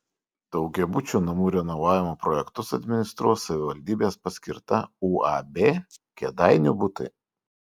daugiabučių namų renovavimo projektus administruos savivaldybės paskirta uab kėdainių butai